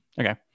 Okay